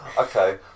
okay